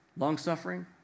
Long-suffering